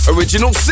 Original